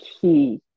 key